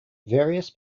various